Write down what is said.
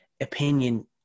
opinion